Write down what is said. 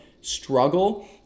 struggle